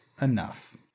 enough